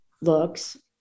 looks